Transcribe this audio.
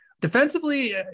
defensively